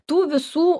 tų visų